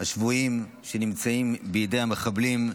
השבויים שנמצאים בידי המחבלים,